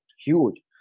huge